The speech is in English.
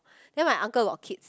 then my uncle a lot of kids